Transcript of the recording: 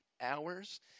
hours